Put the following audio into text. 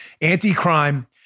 anti-crime